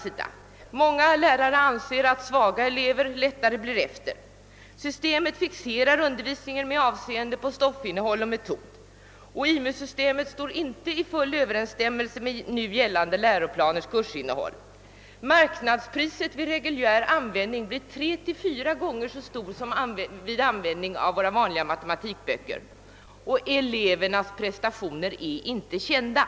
Många lärare anser att svaga elever lättare blir efter. IMU-systemet fixerar undervisningen i avseende på stoff och metod och systemet står inte i full överensstämmelse med nu gällande =: läroplaners kursinnehåll. Marknadspriset vid reguljär användning blir tre till fyra gånger så stort som vid användning av våra vanliga matematikböcker, och elevernas prestationer är inte kända.